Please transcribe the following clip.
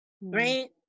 right